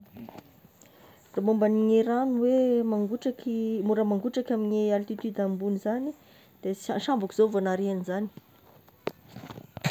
Ny momba gne ragno moe mangotraky, mora mangotraky amin'ny altitude ambony zagny, de sambako zao vao nahare an'izany.